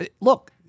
Look